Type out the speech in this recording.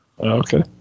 Okay